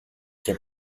και